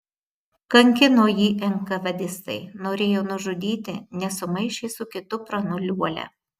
kankino jį enkavedistai norėjo nužudyti nes sumaišė su kitu pranu liuolia